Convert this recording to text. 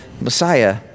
Messiah